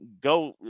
go